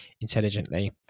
intelligently